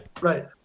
right